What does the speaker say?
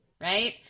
right